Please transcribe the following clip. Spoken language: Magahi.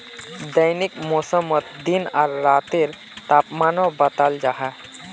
दैनिक मौसमोत दिन आर रातेर तापमानो बताल जाहा